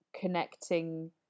connecting